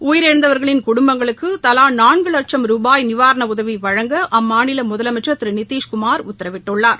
உயிரிழந்தவர்களின் குடும்பங்களுக்கு தலா நான்கு லட்சம் ரூபாய் நிவாரண உதவி வழங்க அம்மாநில முதலமைச்சர் திரு நிதிஷகுமார் உத்தரவிட்டுள்ளார்